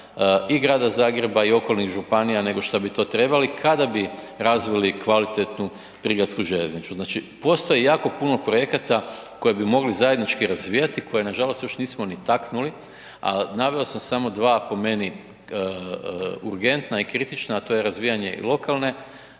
i grada Zagreba i okolnih županija nego šta bi to trebali kada bi razvili kvalitetnu prigradsku željeznicu. Znači postoji jako puno projekata koje bi mogli zajednički razvijati, koje nažalost još nismo ni taknuli a naveo sam samo dva po meni urgentna i kritična a to je razvijanje i lokalne